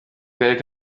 karere